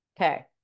Okay